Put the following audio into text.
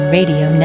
Radio